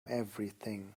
everything